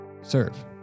serve